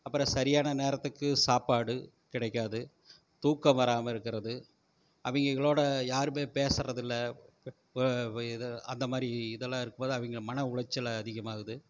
அப்புறம் சரியான நேரத்துக்கு சாப்பாடு கிடைக்காது தூக்கம் வராமல் இருக்கிறது அவங்களோட யாருமே பேசுறது இல்லை அந்த மாதிரி இதெல்லாம் இருக்கும் போது அவங்க மன உளைச்சல் அதிகமாகுது